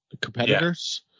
competitors